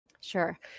Sure